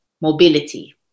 mobility